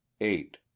eight